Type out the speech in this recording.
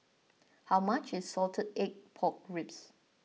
how much is Salted Egg Pork Ribs